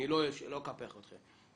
אני לא אקפח אתכם.